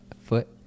foot